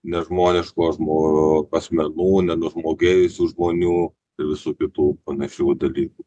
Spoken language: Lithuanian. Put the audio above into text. nežmoniško žmo asmenų nenužmogėjusių žmonių visų kitų panašių dalykų